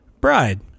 bride